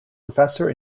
professor